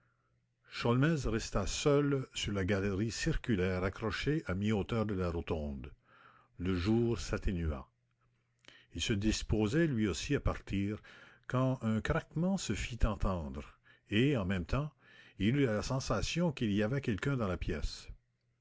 sholmès resta seul sur la galerie circulaire accrochée à mi-hauteur de la rotonde le jour s'atténua il se disposait lui aussi à partir quand un craquement se fit entendre et en même temps il eut la sensation qu'il y avait quelqu'un dans la pièce